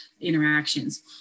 interactions